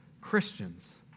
Christians